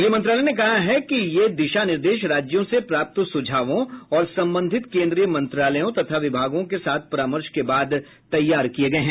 गृह मंत्रालय ने कहा है कि ये दिशा निर्देश राज्यों से प्राप्त सुझावों और संबंधित केंद्रीय मंत्रालयों तथा विभागों के साथ परामर्श के बाद तैयार किए गए हैं